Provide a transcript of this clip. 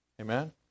Amen